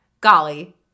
golly